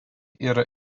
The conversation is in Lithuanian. yra